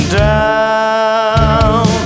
down